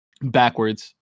backwards